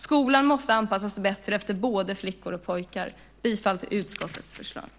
Skolan måste anpassa sig bättre efter både flickor och pojkar. Jag yrkar bifall till utskottets förslag.